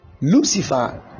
Lucifer